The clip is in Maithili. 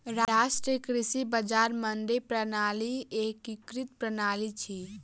राष्ट्रीय कृषि बजार मंडी प्रणालीक एकीकृत प्रणाली अछि